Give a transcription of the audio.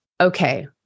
okay